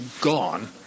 gone